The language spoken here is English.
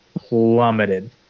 plummeted